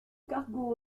cargo